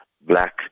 black